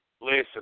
listen